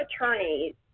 attorneys